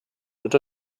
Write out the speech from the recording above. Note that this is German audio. unter